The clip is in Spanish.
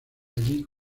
allí